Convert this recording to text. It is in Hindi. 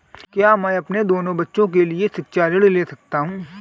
क्या मैं अपने दोनों बच्चों के लिए शिक्षा ऋण ले सकता हूँ?